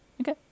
Okay